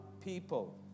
people